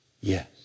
Yes